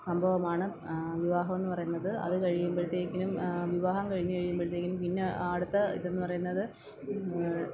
സംഭവമാണ് വിവാഹമെന്ന് പറയുന്നത് അത് കഴിയുമ്പോഴത്തേക്കും വിവാഹം കഴിഞ്ഞു കഴിയുമ്പഴത്തേക്കും പിന്നെ അടുത്ത ഇതെന്ന് പറയുന്നത്